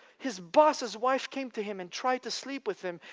his boss's wife came to him and tried to sleep with him,